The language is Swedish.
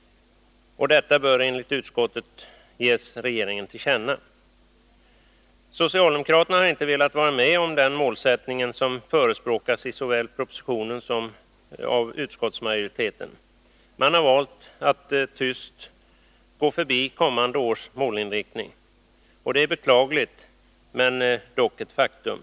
Detta bör enligt utskottet ges regeringen till känna. Socialdemokraterna har inte velat vara med om den målsättning som förespråkas såväl i propositionen som av utskottsmajoriteten. De har valt att tyst gå förbi kommande års målinriktning. Detta är beklagligt — men dock ett faktum.